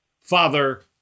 Father